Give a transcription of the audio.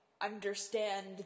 understand